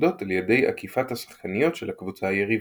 הנקודות על ידי עקיפת השחקניות של הקבוצה היריבה.